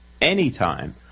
anytime